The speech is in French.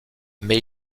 mais